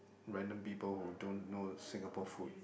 random people who don't know Singapore food